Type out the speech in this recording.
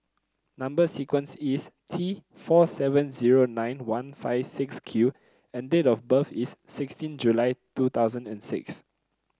number sequence is T four seven zero nine one five six Q and date of birth is sixteen July two thousand and six